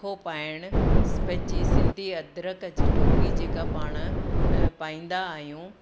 अखो पाइणु पंहिंजी सिंधी अजरक जी टोपी जेका पाणि पाईंदा आहियूं